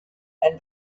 and